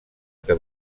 que